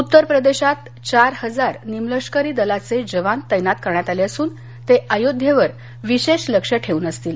उत्तर प्रदेशात चार हजार निमलष्करी दलाचे जवान तैनात करण्यात आले असून ते अयोध्येवर विशेष लक्ष ठेवून असतील